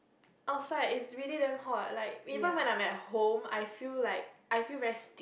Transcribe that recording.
outside is really damn hot like even when I am at home I feel like I feel very